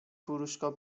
فروشگاه